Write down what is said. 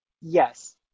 Yes